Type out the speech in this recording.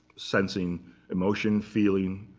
sensing emotion, feeling.